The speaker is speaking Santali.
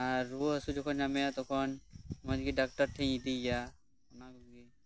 ᱟᱨ ᱨᱩᱣᱟ ᱦᱟᱥᱩ ᱡᱚᱠᱷᱚᱱ ᱧᱟᱢᱮᱭᱟ ᱛᱚᱠᱷᱚᱱ ᱢᱚᱸᱡᱽ ᱜᱮ ᱰᱟᱠᱛᱟᱨ ᱴᱷᱮᱡ ᱤᱧ ᱤᱫᱤᱭ ᱭᱟ ᱚᱱᱟ ᱠᱚᱜᱮ